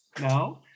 no